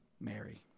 Mary